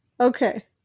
okay